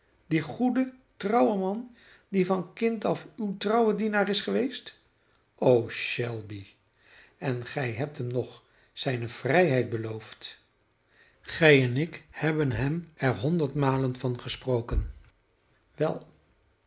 dien goeden trouwen man die van kind af uw trouwe dienaar is geweest o shelby en gij hebt hem nog zijne vrijheid beloofd gij en ik hebben hem er honderdmalen van gesproken wel